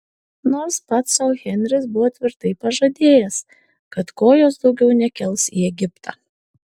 nors pats sau henris buvo tvirtai pažadėjęs kad kojos daugiau nekels į egiptą